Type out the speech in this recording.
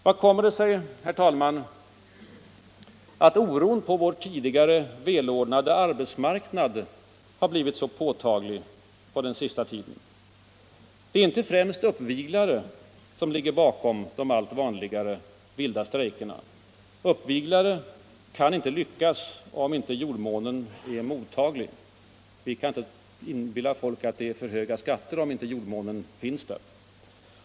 Hur kommer det sig att oron på vår tidigare välordnade arbetsmarknad blivit så påtaglig på den senaste tiden. Det är inte främst uppviglare som ligger bakom de allt vanligare vilda strejkerna. Uppviglare kan inte lyckas om inte jordmånen är mottaglig. Vi kan inte inbilla folk att det är för höga skatter, om inte jordmånen finns där.